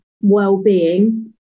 well-being